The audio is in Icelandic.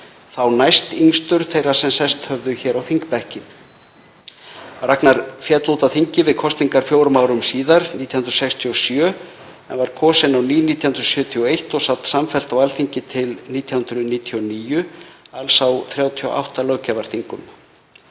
þá næstyngstur þeirra sem sest höfðu hér á þingbekki. Ragnar féll út af þingi við kosningar fjórum árum síðar, 1967, en var kosinn á ný 1971 og sat samfellt á Alþingi til ársins 1999, alls á 38 löggjafarþingum.